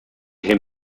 him